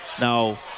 now